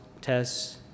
tests